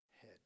head